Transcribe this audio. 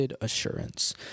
Assurance